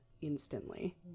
instantly